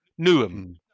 Newham